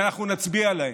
ואנחנו נצביע להם.